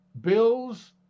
Bills